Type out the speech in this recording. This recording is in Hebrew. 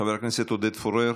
חבר הכנסת עודד פורר,